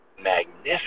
magnificent